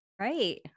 right